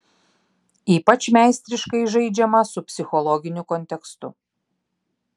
ypač meistriškai žaidžiama su psichologiniu kontekstu